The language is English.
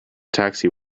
taxi